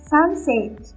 Sunset